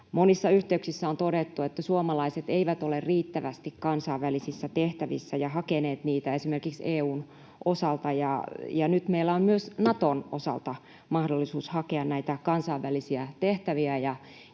Monissa yhteyksissä on todettu, että suomalaiset eivät ole riittävästi kansainvälisissä tehtävissä ja hakeneet niitä esimerkiksi EU:n osalta. Nyt meillä on myös Naton osalta mahdollisuus hakea näitä kansainvälisiä tehtäviä